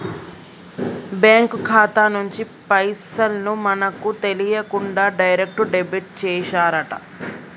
bank ఖాతా నుంచి పైసల్ ని మనకు తెలియకుండా డైరెక్ట్ డెబిట్ చేశారట